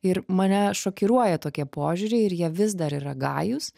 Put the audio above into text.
ir mane šokiruoja tokie požiūriai ir jie vis dar yra gajūs